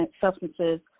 substances